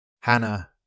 Hannah